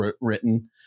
written